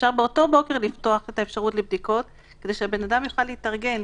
אפשר באותו בוקר לפתוח את האפשרות לבדיקות כדי שבן אדם יוכל להתארגן,